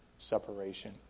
Separation